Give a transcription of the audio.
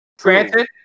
Granted